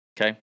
Okay